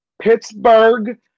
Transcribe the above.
Pittsburgh